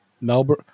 Melbourne